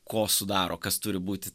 ko sudaro kas turi būti